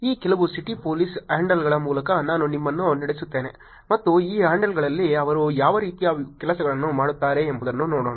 ಈ ಕೆಲವು city police ಹ್ಯಾಂಡಲ್ಗಳ ಮೂಲಕ ನಾನು ನಿಮ್ಮನ್ನು ನಡೆಸುತ್ತೇನೆ ಮತ್ತು ಈ ಹ್ಯಾಂಡಲ್ಗಳಲ್ಲಿ ಅವರು ಯಾವ ರೀತಿಯ ಕೆಲಸಗಳನ್ನು ಮಾಡುತ್ತಾರೆ ಎಂಬುದನ್ನು ನೋಡೋಣ